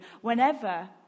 whenever